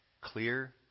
clear